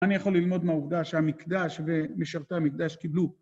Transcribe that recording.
אני יכול ללמוד מהעובדה שהמקדש ומשרתי המקדש קיבלו.